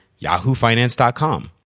yahoofinance.com